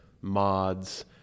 MODs